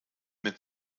mit